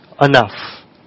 enough